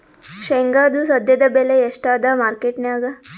ಶೇಂಗಾದು ಸದ್ಯದಬೆಲೆ ಎಷ್ಟಾದಾ ಮಾರಕೆಟನ್ಯಾಗ?